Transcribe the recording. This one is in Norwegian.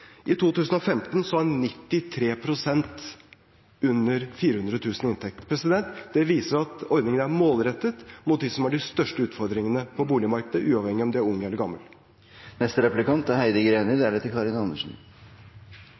I 2015 har 93 pst. av mottakerne under 400 000 kr i inntekt. Det viser at ordningen er målrettet mot dem som har de største utfordringene på boligmarkedet, uavhengig av om de er unge eller gamle. Det er